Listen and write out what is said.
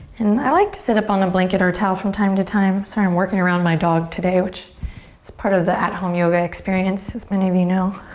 and i like to sit up on the blanket or towel from time to time. sorry, i'm working around my dog today which is part of the at-home yoga experience as many of you know.